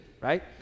right